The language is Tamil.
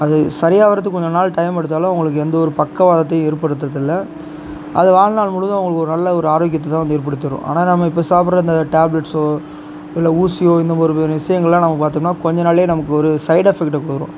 அது சரி ஆகுறதுக்கு கொஞ்ச நாள் டைம் எடுத்தாலும் அவங்களுக்கு எந்த ஒரு பக்கவாதத்தையும் ஏற்படுத்துவது இல்லை அது வாழ்நாள் முழுவதும் அவங்களுக்கு நல்ல ஒரு ஆரோக்கியத்தை தான் ஏற்படுத்தி தரும் ஆனால் நம்ம இப்போ சாப்பிட்ற அந்த டேப்லெட்ஸோ இல்லை ஊசியோ இந்தமாதிரி ஒரு விஷயங்களோ பார்த்தோம்னா கொஞ்ச நாளிலேயே நமக்கு ஒரு சைடு எஃபக்ட் கொடுத்துடும்